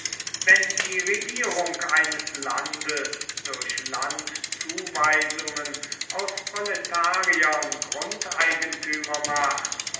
wenn die regierung eines landes durch landzuweisungen aus proletariern grundeigentümer macht